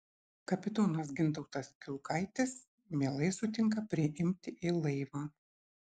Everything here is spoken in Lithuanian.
kapitonas gintautas kiulkaitis mielai sutinka priimti į laivą